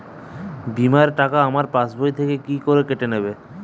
বিমার টাকা আমার পাশ বই থেকে কি কেটে নেবে?